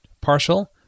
partial